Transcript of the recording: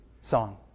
song